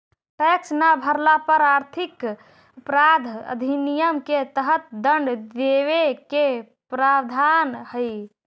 tax न भरला पर आर्थिक अपराध अधिनियम के तहत दंड देवे के प्रावधान हई